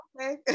okay